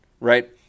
right